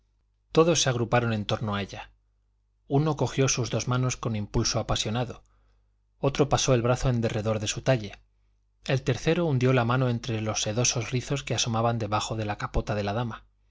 todos se agruparon en torno de ella uno cogió sus dos manos con impulso apasionado otro pasó el brazo en derredor de su talle el tercero hundió la mano entre los sedosos rizos que asomaban debajo de la capota de la dama